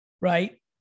right